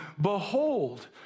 Behold